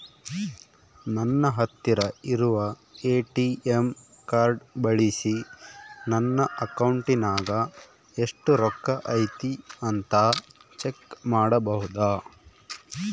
ನನ್ನ ಹತ್ತಿರ ಇರುವ ಎ.ಟಿ.ಎಂ ಕಾರ್ಡ್ ಬಳಿಸಿ ನನ್ನ ಅಕೌಂಟಿನಾಗ ಎಷ್ಟು ರೊಕ್ಕ ಐತಿ ಅಂತಾ ಚೆಕ್ ಮಾಡಬಹುದಾ?